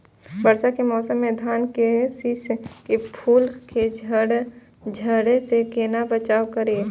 वर्षा के मौसम में धान के शिश के फुल के झड़े से केना बचाव करी?